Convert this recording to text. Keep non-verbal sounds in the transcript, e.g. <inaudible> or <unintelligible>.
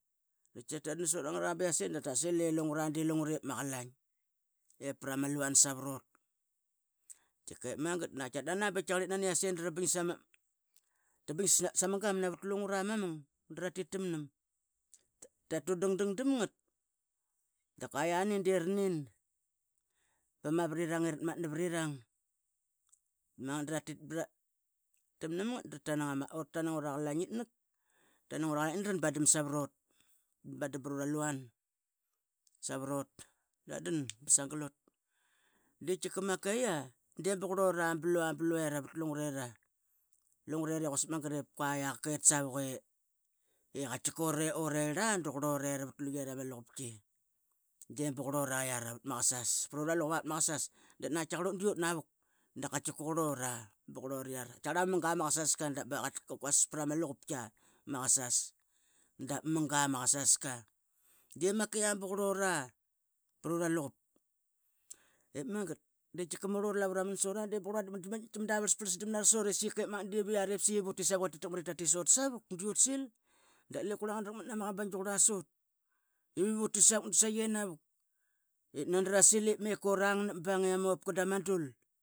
Tatdan sangra biase dat ta sil i lungra di lungrep ma qalaing ep pra ma luan savrol. Tkiqep magat <unintelligible> benani uise dra bingsama gam navat lungra ma mung dra tit tamnam. Ta tudangdang ngat da qua iani de rinin pa ura tanang ura qlaingitnaq ura tanang ura qlainitnaq itnani ratban dan savrut. Ratban dam pru ra luan savrut ratdan ba sagal ut. Di tkiqa makai ia di ba qulura blua blua bluera vat lungurera, lungurera i quasik magat i qua ia qak ket savuk. E qatkiqa urerl a da qurlure ra vat luiera ma luqupqi di ba qurluraiara pat ma kasas prura luqup a pat ma kasas. Dap naqatkiqarl ut di ut navuq dap qatkiqa qurlura ba qurluriara tkiaqarl ama munga ma kasasqa dop <unintelligible> pra ma luqupqiq ma Kasap dap ma munga ma kasasqa. Dep maka ia ba qurlura prura luqup, ep magat di tkiqa murl ura lavu raman sura di qurlura <unintelligible> ma da vrlas prlas dam nara sut e seka dip iviari tataq mat i tatit sut savuk di ut sil dap lep qurla ngna raqmat na qabaing tauqurla sut ivivu tit savuk da saiyi navuk. Ip nani ra sil ip meqorang napbang ia mopqa da ma dul.